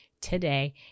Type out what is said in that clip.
today